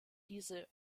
diese